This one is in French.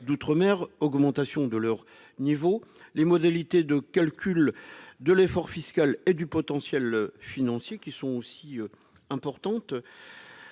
d'outre-mer, augmentation de leur niveau, les modalités de calcul de l'effort fiscal et du potentiel financier qui sont aussi importantes,